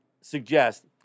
suggest